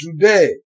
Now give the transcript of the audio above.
today